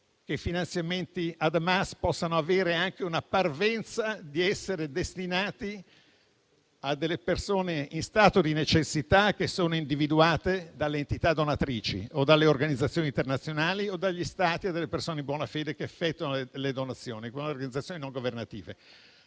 che finanziamenti ad Hamas possano avere anche solo la parvenza di essere destinati a persone in stato di necessità, individuate dalle entità donatrici o dalle organizzazioni internazionali o dagli Stati e dalle persone in buona fede che effettuano le donazioni con organizzazioni non governative.